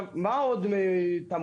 מה עוד תמוה?